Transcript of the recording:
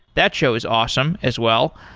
that show is awesome as well.